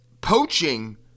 poaching